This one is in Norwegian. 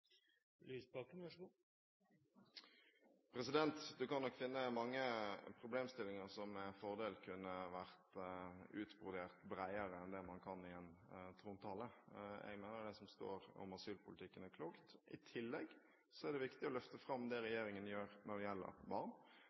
Lysbakken er: Er han fornøgd med regjeringa sin politikk på asyl- og innvandringsfeltet? Har ikkje SV nettopp eit breiare perspektiv på dette enn det trontalen viser? Du kan finne mange problemstillinger som med fordel kunne vært utbrodert bredere enn det man kan i en trontale. Jeg mener at det som står om asylpolitikken, er klokt. I tillegg er det viktig å